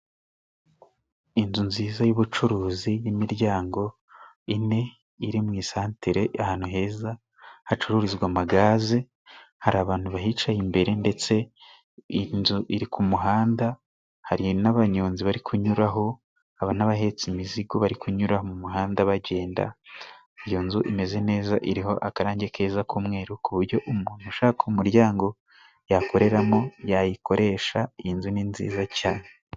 Inzu nziza y'ubucuruzi y'imiryango ine iri mu isantere ahantu heza hacururizwa amagaze. Hari abantu bahicaye imbere, hari ndetse inzu iri ku muhanda hari n'abanyonzi bari kunyuraho, haba n'abahetse imizigo bari kunyura mu muhanda bagenda. Iyo nzu imeze neza iriho akarange keza k'umweru, ku buryo umuntu ushaka umuryango yakoreramo, yayikoresha. Iyi nzu ni nziza cyane.